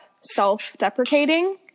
self-deprecating